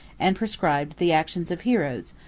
and prescribed the actions of heroes,